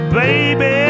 baby